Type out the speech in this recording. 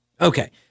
Okay